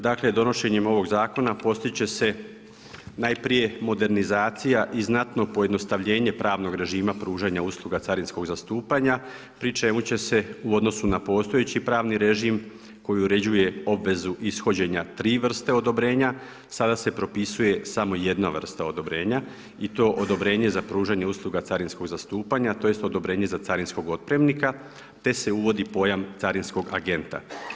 Dakle donošenjem ovog zakona postit će se najprije modernizacija i znatno pojednostavljenje pravnog režima pružanja usluga carinskog zastupanja pri čemu će se u odnosu na postojeći pravni režim koji uređuje obvezu ishođenja tri vrste odobrenja, sada se propisuje samo jedna vrsta odobrenja i to odobrenje za pružanje usluga carinskog zastupanja tj. odobrenje za carinskog otpremnika te se uvodi pojam carinskog agenta.